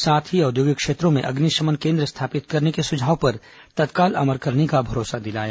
साथ ही औद्योगिक क्षेत्रों में अग्निशमन केन्द्र स्थापित करने के सुझाव पर तत्काल अमल करने का भरोसा दिलाया